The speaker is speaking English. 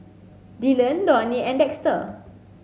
Dylon Donie and Dexter